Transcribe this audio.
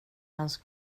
hans